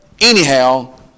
anyhow